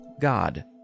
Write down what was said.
God